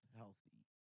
healthy